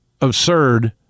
absurd